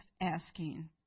asking